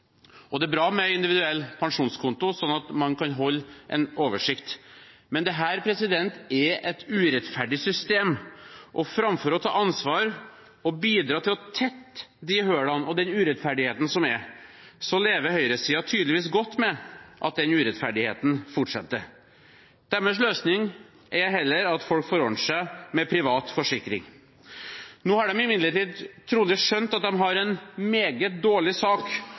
Det er bra med en individuell pensjonskonto, sånn at man kan holde oversikt, men dette er et urettferdig system. Og framfor å ta ansvar og bidra til å tette de hullene og den urettferdigheten som er, lever høyresiden tydeligvis godt med at den urettferdigheten fortsetter. Løsningen deres er heller at folk får ordne seg med privat forsikring. Nå har de imidlertid trolig skjønt at de har en meget dårlig sak,